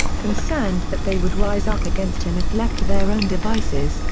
concerned that they would rise up against him if left to their own devices,